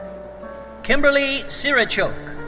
kimberly sirichoke.